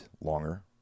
Longer